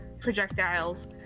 projectiles